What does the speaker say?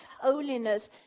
holiness